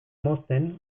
mozten